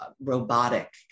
robotic